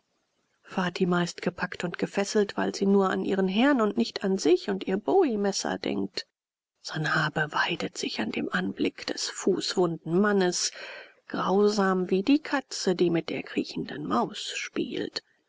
fatima ist gepackt und gefesselt weil sie nur an ihren herrn und nicht an sich und ihr bowiemesser denkt sanhabe weidet sich an dem anblick des fußwunden mannes grausam wie die katze die mit der kriechenden maus spielt